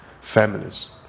families